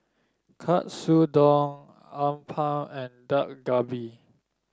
Katsudon Uthapam and Dak Galbi